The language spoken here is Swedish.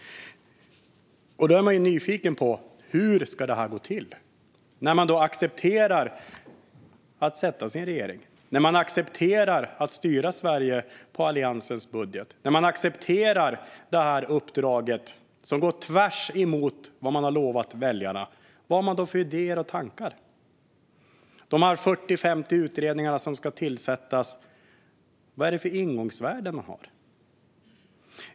Man är ju nyfiken på hur det här ska gå till. Man accepterar att sätta sig i en regering. Man accepterar att styra Sverige på Alliansens budget. Man accepterar det uppdraget, som går tvärt emot vad man har lovat väljarna. Vad har man då för idéer och tankar? Dessa 40-50 utredningar som ska tillsättas, vad har de för ingångsvärden?